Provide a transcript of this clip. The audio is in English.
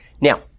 Now